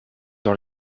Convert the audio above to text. dans